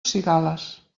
cigales